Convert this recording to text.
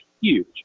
huge